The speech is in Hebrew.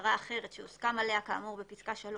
למטרה אחרת שהוסכם עליה כאמור בפסקה (3)